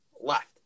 left